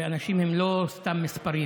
ואנשים הם לא סתם מספרים